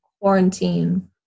quarantine